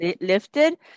lifted